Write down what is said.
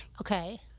okay